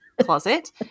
closet